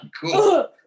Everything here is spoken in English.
cool